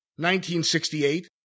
1968